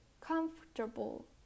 comfortable